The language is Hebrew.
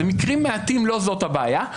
אלה מקרים מעטים ולא זאת הבעיה,